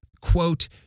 quote